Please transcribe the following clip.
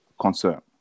concern